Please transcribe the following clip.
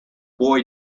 boy